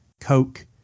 coke